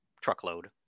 truckload